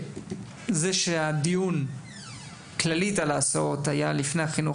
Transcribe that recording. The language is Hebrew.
זה שהדיון על ההסעות באופן כללי היה לפני החינוך